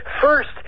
First